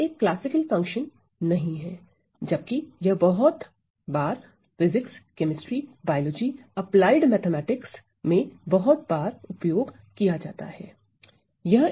यह एक classical function नहीं है जबकि यह बहुत बार physics chemistry biology applied mathematics physicschemistrybiologyapplied mathematics में बहुत बार उपयोग किया जाता है